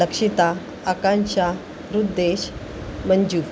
Lakshita Akansha Ruddesh Manju